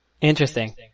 Interesting